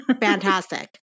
Fantastic